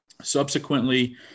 Subsequently